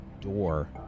door